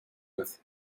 with